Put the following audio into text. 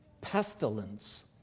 pestilence